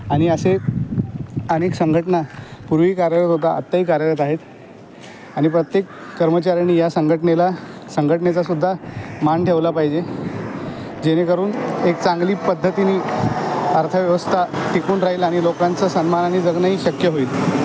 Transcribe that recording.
आणि असे अनेक संघटना पूर्वी कार्यरत होत्या आत्ताही कार्यरत आहेत आणि प्रत्येक कर्मचाऱ्यानी या संघटनेला संघटनेचासुद्धा मान ठेवला पाहिजे जेणेकरून एक चांगली पद्धतीनी अर्थव्यवस्था टिकून राहील आणि लोकांचं सन्मानानी जगणंही शक्य होईल